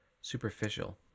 Superficial